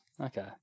Okay